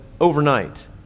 overnight